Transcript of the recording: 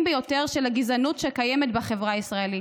ביותר של הגזענות שקיימת בחברה הישראלית.